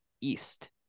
East